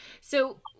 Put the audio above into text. So-